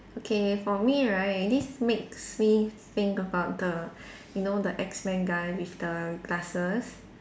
okay for me right this makes me think about the you know the X men guy with the glasses